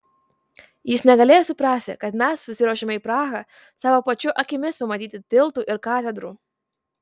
jis negalėjo suprasti kad mes susiruošėme į prahą savo pačių akimis pamatyti tiltų ir katedrų